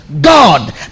God